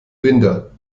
binder